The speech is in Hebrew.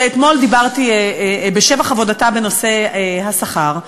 שאתמול דיברתי בשבח עבודתה בנושא השכר,